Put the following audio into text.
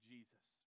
Jesus